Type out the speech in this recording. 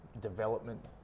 development